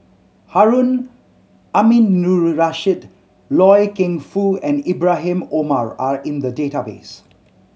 Harun Aminurrashid Loy Keng Foo and Ibrahim Omar are in the database